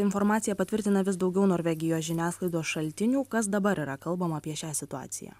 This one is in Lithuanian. informaciją patvirtina vis daugiau norvegijos žiniasklaidos šaltinių kas dabar yra kalbama apie šią situaciją